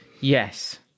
Yes